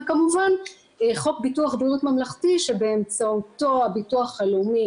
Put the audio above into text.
וכמובן חוק ביטוח בריאות ממלכתי שבאמצעותו הביטוח הלאומי